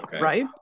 Right